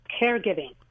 caregiving